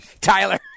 Tyler